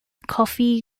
coffey